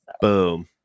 Boom